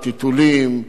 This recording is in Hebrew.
טיטולים,